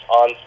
on